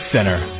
Center